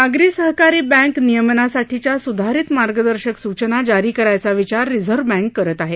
नागरी सहकारी बँक नियमनासाठीच्या सुधारित मार्गदर्शक सुचना जारी करायचा विचार रिझर्व्ह बँक करत आहे